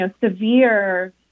severe